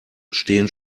stehen